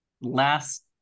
last